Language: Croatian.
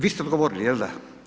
Vi ste odgovorili, jel da?